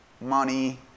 money